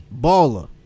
Baller